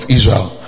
Israel